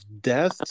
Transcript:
death